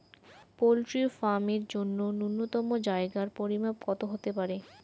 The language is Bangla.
পোল্ট্রি ফার্ম এর জন্য নূন্যতম জায়গার পরিমাপ কত হতে পারে?